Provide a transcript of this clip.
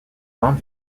rend